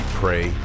pray